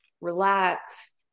relaxed